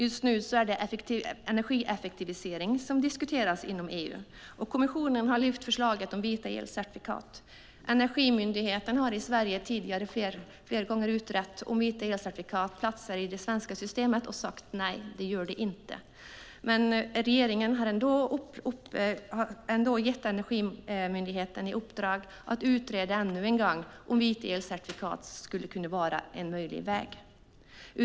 Just nu diskuteras energieffektivisering inom EU, och kommissionen har lyft förslaget om vita elcertifikat. Energimyndigheten i Sverige har flera gånger utrett om vita elcertifikat platsar i det svenska system och kommit fram till att de inte gör det. Regeringen har ändå gett Energimyndigheten i uppdrag att ännu en gång utreda om vita elcertifikat skulle kunna vara en möjlig väg.